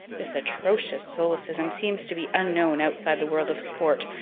this atrocious solecism seems to be unknown outside the world of sport,